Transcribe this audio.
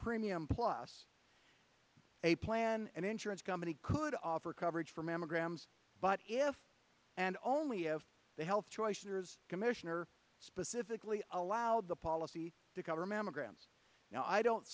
premium plus a plan an insurance company could offer coverage for mammograms but if and only if the health choice commissioner specifically allowed the policy to cover mammograms now i don't